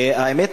האמת,